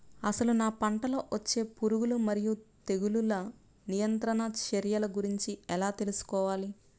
అసలు నా పంటలో వచ్చే పురుగులు మరియు తెగులుల నియంత్రణ చర్యల గురించి ఎలా తెలుసుకోవాలి?